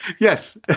Yes